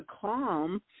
calm